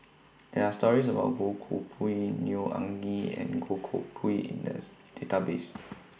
There Are stories about Goh Koh Pui Neo Anngee and Goh Koh Pui in The Database